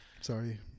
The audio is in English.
Sorry